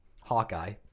Hawkeye